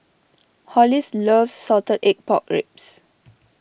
Hollis loves Salted Egg Pork Ribs